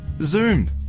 Zoom